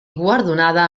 guardonada